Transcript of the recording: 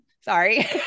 sorry